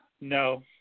no